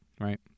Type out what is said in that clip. right